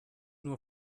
nur